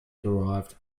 derived